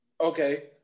Okay